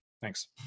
thanks